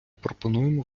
пропонуємо